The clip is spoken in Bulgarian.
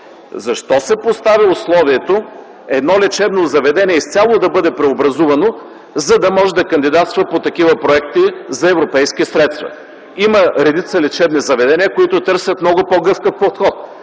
Защо се поставя условието едно лечебно заведение изцяло да бъде преобразувано, за да може да кандидатства по такива проекти за европейски средства? Има редица лечебни заведения, които търсят много по-гъвкав подход.